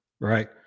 right